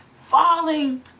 falling